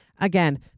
Again